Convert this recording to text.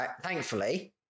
thankfully